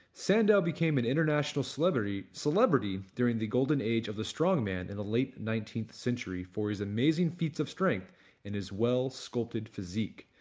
sandow became an international celebrity celebrity during the golden age of the strongman in the late nineteenth century for his amazing feats of strength and his well-sculpted physique.